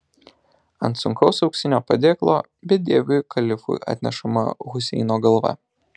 ant sunkaus auksinio padėklo bedieviui kalifui atnešama huseino galva